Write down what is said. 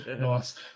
Nice